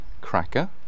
cracker